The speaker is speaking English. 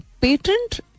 patent